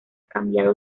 cambiado